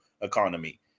economy